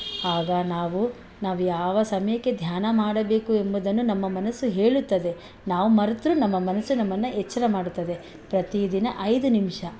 ಆಗ ನಾವು ನಾವು ಯಾವ ಸಮಯಕ್ಕೆ ಧ್ಯಾನ ಮಾಡಬೇಕು ಎಂಬುದನ್ನು ನಮ್ಮ ಮನಸ್ಸು ಹೇಳುತ್ತದೆ ನಾವು ಮರೆತರೂ ನಮ್ಮ ಮನಸ್ಸು ನಮ್ಮನ್ನು ಎಚ್ಚರ ಮಾಡುತ್ತದೆ ಪ್ರತಿದಿನ ಐದು ನಿಮಿಷ